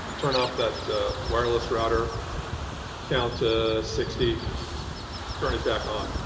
turn off that wireless router counter sixty turn it back on.